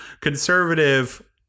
conservative